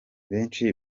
benshi